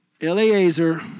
Eliezer